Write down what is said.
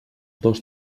dos